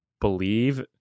believe